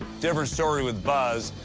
different story with buzz.